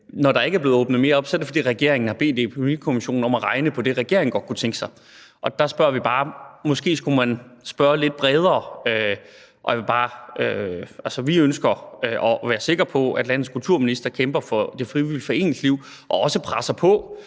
Når der ikke er blevet åbnet mere op, er det, fordi regeringen har bedt epidemikommissionen om at regne på det, regeringen godt kunne tænke sig. Der siger vi bare, at måske skulle man spørge lidt bredere. Vi ønsker at være sikre på, at landets kulturminister kæmper for det frivillige foreningsliv og også presser på